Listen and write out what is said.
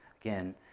again